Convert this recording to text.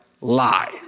Lie